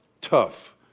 tough